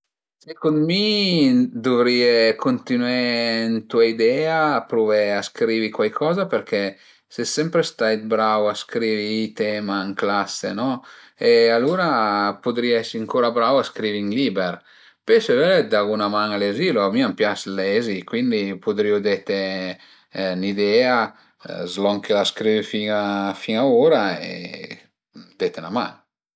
Secund mi dëvrìe cuntinué ën tua idea, pruvé a scrivi cuaicoza perché ses sempre stait brau a scrivi i temi ën classe no? E alura pudrìa ese ancura brau a scrivi ün liber, pöi se völe dagu 'na man a lezilu, a mi a m'pias lezi, cuindi pudrìu dete ün'idea s'lon che l'as scrivü fin fin a ura e dete 'na man